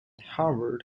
harvard